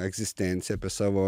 egzistenciją apie savo